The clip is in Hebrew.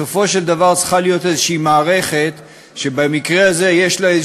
בסופו של דבר צריכה להיות איזו מערכת שבמקרה הזה יש לה,